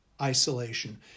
isolation